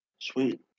Sweet